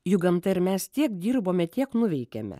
juk gamta ir mes tiek dirbome tiek nuveikėme